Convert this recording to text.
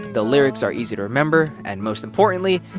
the lyrics are easy to remember. and most importantly,